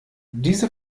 diese